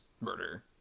murder